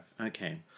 Okay